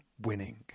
winning